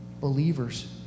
believers